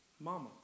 mama